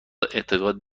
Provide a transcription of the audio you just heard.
اعتقاد